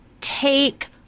take